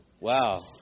Wow